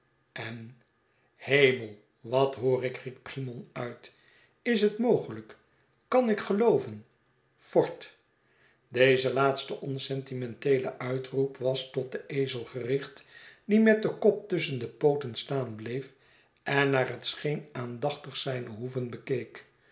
en hemel wat hoor ik riep cymon uit is het mogelijk kan ik gelooven vort i deze laatste on sentimenteele uitroep was tot den ezel gericht die met den kop tusschen de pooten staan bleef en naar het scheen aandachtig zijne hoeven bekeek